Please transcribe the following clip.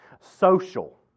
social